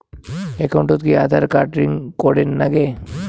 একাউন্টত কি Aadhaar card link করের নাগে?